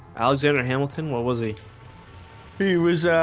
alexander hamilton, what was he he was